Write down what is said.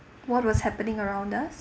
what was happening around us